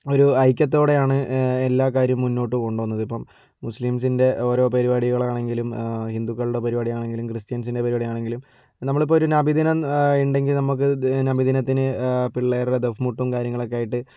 ഒരു ഐക്യത്തോടെ ആണ് എല്ലാ കാര്യവും മുന്നോട്ട് കൊണ്ട് പോവുന്നത് ഇപ്പോൾ മുസ്ലീംസിൻ്റെ ഓരോ പരിപാടികൾ ആണെങ്കിലും ഹിന്ദുക്കളുടെ പരിപാടികൾ ആണെങ്കിലും ക്രിസ്ത്യൻസിൻ്റെ പരിപാടി ആണെങ്കിലും നമ്മളിപ്പോ ഒരു നബിദിനം ഉണ്ടെങ്കിൽ നമുക്ക് നബിദിനത്തിന് പിള്ളേരുടെ ദഫ് മുട്ടും കാര്യങ്ങളും ഒക്കെ ആയിട്ട്